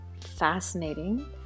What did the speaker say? fascinating